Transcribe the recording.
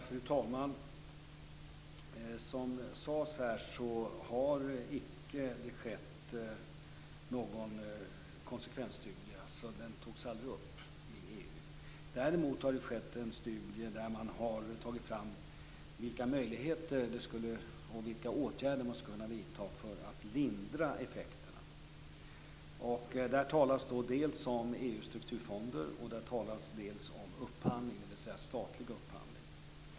Fru talman! Som här sades har det icke skett någon konsekvensstudie. Den togs aldrig upp i EU. Däremot har det skett en studie där man har tagit fram vilka åtgärder man skulle kunna vidta för att lindra effekterna. Där talas dels om EU:s strukturfonder, dels om statlig upphandling.